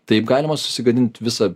taip galima susigadint visą